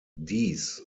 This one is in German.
dies